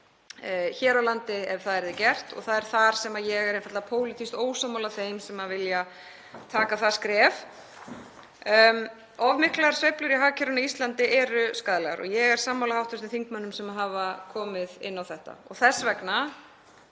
hér á landi ef það yrði gert. Það er þar sem ég er einfaldlega pólitískt ósammála þeim sem vilja taka það skref. Of miklar sveiflur í hagkerfinu á Íslandi eru skaðlegar og ég er sammála hv. þingmönnum sem hafa komið inn á þetta.